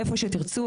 איפה שתרצו,